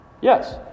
Yes